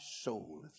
soul